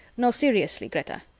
no, seriously, greta,